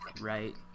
Right